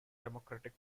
democratic